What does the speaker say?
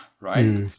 right